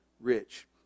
rich